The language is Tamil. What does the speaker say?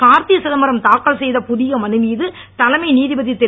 கார்த்தி சிதம்பரம் தாக்கல் செய்த புதிய மனு மீது தலைமை நீதிபதி திரு